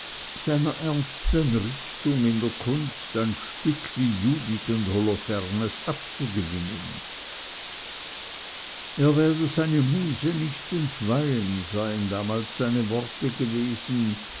seiner ernsten richtung in der kunst ein stück wie judith und holofernes abzugewinnen er werde seine muse nicht entweihen seien damals seine worte gewesen